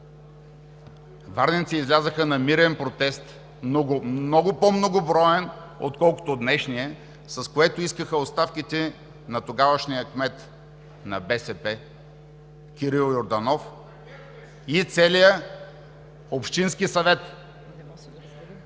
варненци излязоха на мирен протест – много по-многоброен, отколкото днешният, с което искаха оставките на тогавашния кмет на БСП Кирил Йорданов… ТАСКО ЕРМЕНКОВ (БСП